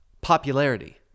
popularity